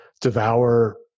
devour